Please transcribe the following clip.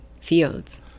fields